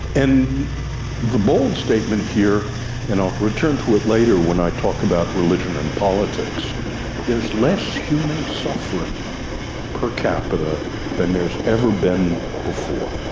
and the bold statement here and i'll return to it later when i talk about religion and politics there's less human suffering per capita than there's ever been before.